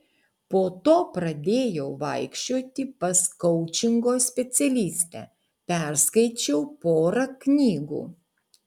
po to pradėjau vaikščioti pas koučingo specialistę perskaičiau porą knygų